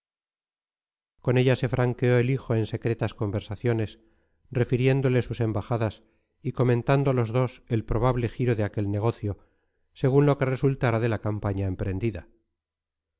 con ella se franqueó el hijo en secretas conversaciones refiriéndole sus embajadas y comentando los dos el probable giro de aquel negocio según lo que resultara de la campaña emprendida